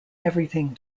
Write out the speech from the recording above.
everything